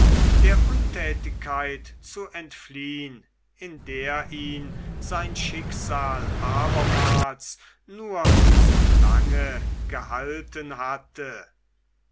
der untätigkeit zu entfliehen in der ihn sein schicksal abermals nur zu lange gehalten hatte